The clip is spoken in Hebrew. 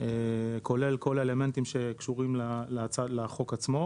כולל כל האלמנטים שקשורים לחוק עצמו.